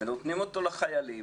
ונותנים אותו לחיילים,